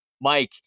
Mike